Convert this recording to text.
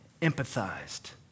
empathized